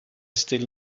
still